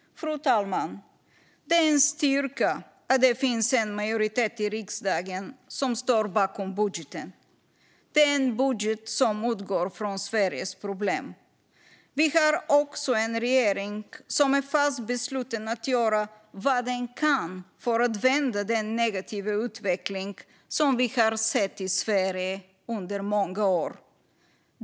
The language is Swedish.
Fru talman! Det är en styrka att det finns en majoritet i riksdagen som står bakom budgeten. Det är en budget som utgår från Sveriges problem. Vi har också en regering som är fast besluten att göra vad den kan för att vända den negativa utveckling som vi har sett i Sverige under många år.